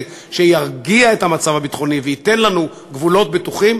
שירגיע את המצב הביטחוני וייתן לנו גבולות בטוחים,